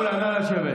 לשבת.